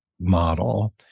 model